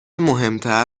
مهمتر